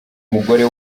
mugore